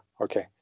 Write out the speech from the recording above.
okay